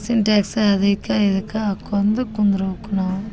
ಸಿಂಟ್ಯಾಕ್ಸ ಅದಿಕ್ಕೆ ಇದಿಕ್ಕೆ ಹಾಕೊಂಡ್ ಕುಂದ್ರ್ಬೇಕು ನಾವು